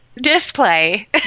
Display